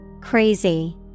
Crazy